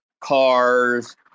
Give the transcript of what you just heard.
cars